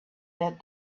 that